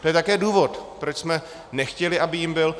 To je také důvod, proč jsme nechtěli, aby jím byl.